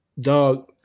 dog